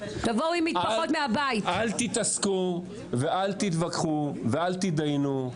אל תתעסקו ואל תתווכחו ואל תתדיינו,